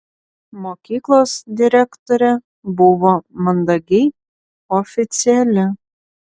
mokyklos direktorė buvo mandagiai oficiali